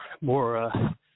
more